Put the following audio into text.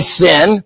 sin